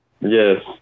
Yes